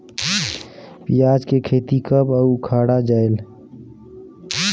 पियाज के खेती कब अउ उखाड़ा जायेल?